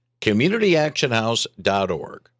communityactionhouse.org